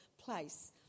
place